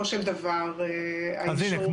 אז הנה,